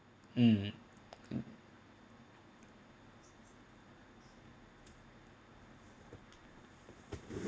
mm